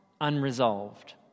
unresolved